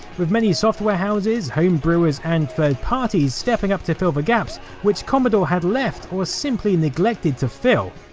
with many software houses, homebrewers and third parties stepping up to fill the gaps which commodore had left or simply neglected to fill.